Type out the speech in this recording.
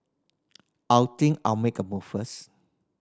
I think I'll make a move first